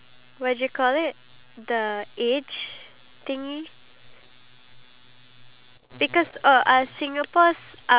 really retire they're not stable enough to retire and I just find that so scary